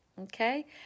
Okay